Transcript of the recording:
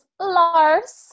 Lars